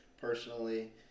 personally